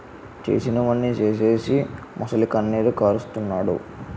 చేసినవన్నీ సేసీసి మొసలికన్నీరు కారస్తన్నాడు